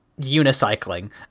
unicycling